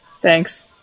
thanks